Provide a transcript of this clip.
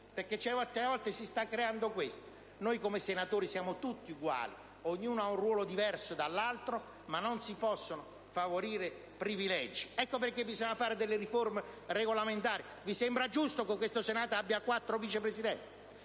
la casta nella casta. Si sta creando questo: noi, come senatori, siamo tutti uguali: ognuno ha un ruolo diverso dall'altro, ma non si possono favorire privilegi. Ecco perché bisogna fare delle riforme regolamentari. Vi sembra giusto che questo Senato abbia quattro Vice Presidenti